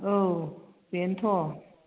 औ बेनोथ'